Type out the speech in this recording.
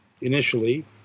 Initially